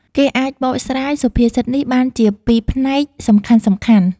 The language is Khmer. គេអាចបកស្រាយសុភាសិតនេះបានជាពីរផ្នែកសំខាន់ៗ។